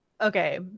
Okay